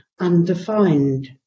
undefined